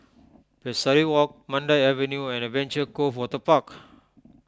Pesari Walk Mandai Avenue and Adventure Cove Waterpark